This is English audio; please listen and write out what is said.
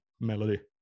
melody